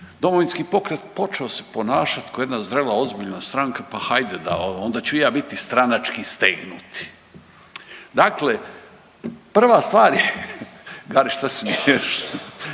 Domovinski pokret počeo se ponašat ko jedna zrela i ozbiljna stranka, pa hajde da onda ću i ja biti stranački stegnuti. Dakle prva stvar je, Gari šta se smiješ,